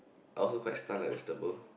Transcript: I also quite stun like vegetable